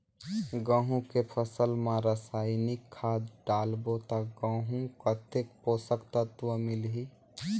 गंहू के फसल मा रसायनिक खाद डालबो ता गंहू कतेक पोषक तत्व मिलही?